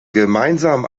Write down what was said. gemeinsam